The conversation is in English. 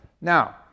Now